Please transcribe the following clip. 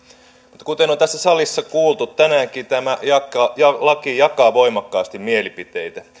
mutta kuten on tässä salissa kuultu tänäänkin tämä laki jakaa voimakkaasti mielipiteitä